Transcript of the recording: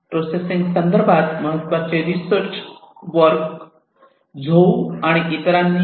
processing संदर्भात महत्त्वाचे research work Zhou आणि इतरांनी Zhou et al